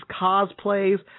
cosplays